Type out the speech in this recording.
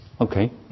Okay